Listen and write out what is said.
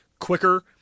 Quicker